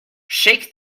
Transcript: shake